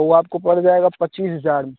वो आपको पड़ जाएगा पचीस हजार में